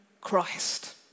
Christ